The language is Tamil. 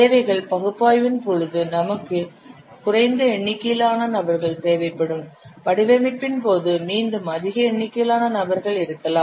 தேவைகள் பகுப்பாய்வின் பொழுது நமக்கு குறைந்த எண்ணிக்கையிலான நபர்கள் தேவைப்படும் வடிவமைப்பின் போது மீண்டும் அதிக எண்ணிக்கையிலான நபர்கள் இருக்கலாம்